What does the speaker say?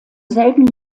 selben